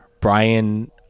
brian